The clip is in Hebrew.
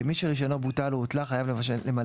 מי שרישיונו בוטל או הותלה חייב למלא